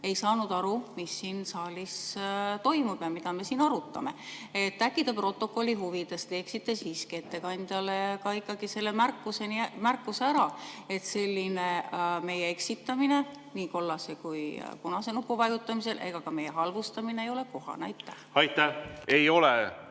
ei saanud aru, mis siin saalis toimub ja mida me siin arutame. Äkki te protokolli huvides teeksite siiski ettekandjale ka selle märkuse ära, et selline meie eksitamine kollase või punase nupu vajutamisel ega ka meie halvustamine ei ole kohane? Aitäh, hea